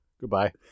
goodbye